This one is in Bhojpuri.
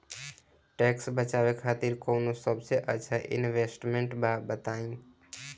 टैक्स बचावे खातिर कऊन सबसे अच्छा इन्वेस्टमेंट बा बताई?